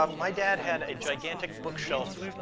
um my dad had a gigantic bookshelf,